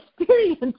experience